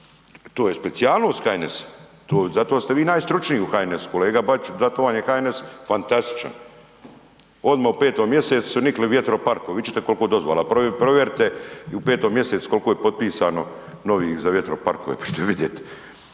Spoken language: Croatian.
To je specijalnost HNS-a, zato ste vi najstručniji u HNS-u, kolega Bačiću zato vam je HNS fantastičan, odmah u 5 mjesecu su nikli vjetroparkovi, vid ćete koliko dozvola, provjerite i u 5 mjesecu koliko je potpisano novih za vjetroparkove, pa ćete vidjet.